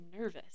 nervous